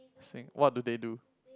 sing~ what do they do